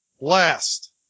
Last